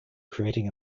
creating